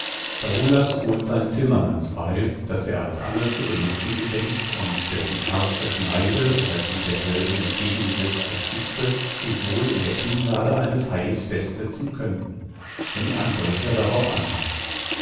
daoulas holt sein zimmermannsbeil das er als angel zu benutzen gedenkt und dessen scharfe schneide oder die derselben entgegengesetzte spitze sich wohl in der kinnlade eines haies festsetzen könnten wenn ein solcher darauf anbeißt